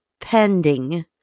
pending